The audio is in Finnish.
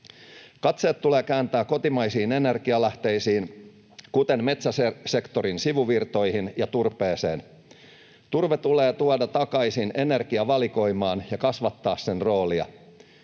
Katseet tulee kääntää kotimaisiin energianlähteisiin, kuten metsäsektorin sivuvirtoihin ja turpeeseen. Turve tulee tuoda takaisin energiavalikoimaan ja kasvattaa sen roolia.